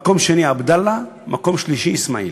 מקום שני עבדאללה, מקום שלישי אסמאעיל,